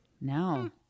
No